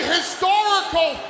historical